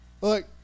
Look